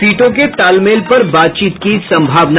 सीटों के तालमेल पर बातचीत की संभावना